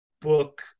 book